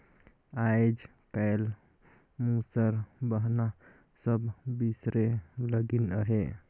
आएज काएल मूसर बहना सब बिसरे लगिन अहे